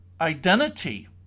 identity